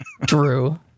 Drew